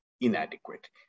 inadequate